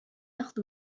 أخذ